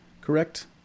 correct